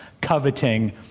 coveting